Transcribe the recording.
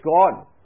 God